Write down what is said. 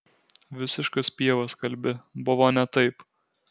visiškas pievas kalbi buvo ne taip